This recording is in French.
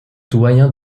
doyen